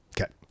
Okay